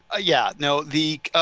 yeah. no, the